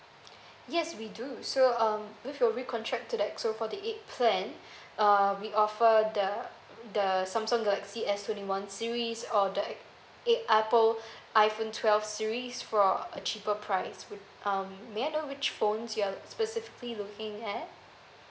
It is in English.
yes we do so um with your recontract to that X_O forty eight plan uh we offer the the samsung galaxy S twenty one series or the ap~ eh apple iphone twelve series for a cheaper price with um may I know which phones you are specifically looking at